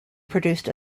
produced